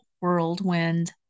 whirlwind